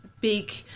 Big